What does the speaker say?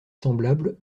semblables